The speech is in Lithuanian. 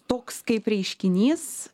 toks kaip reiškinys